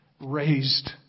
raised